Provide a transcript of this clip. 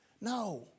No